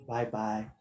Bye-bye